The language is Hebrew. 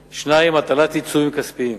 2. הטלת עיצומים כספיים.